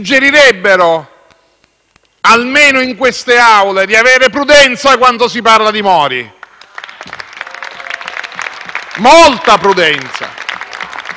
almeno in queste Aule, di avere prudenza quando si parla di Mori, molta prudenza.